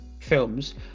films